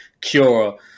cure